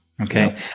Okay